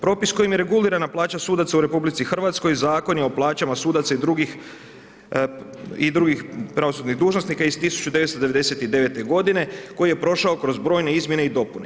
Propis kojim je regulirana plaća sudaca u RH Zakonom o plaćama sudaca i drugih pravosudnih dužnosnika iz 1999. godine koji je prošao kroz brojne izmjene i dopune.